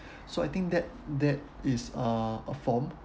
so I think that that is uh a form